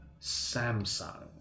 Samsung